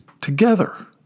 together